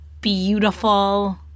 beautiful